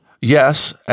Yes